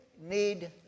need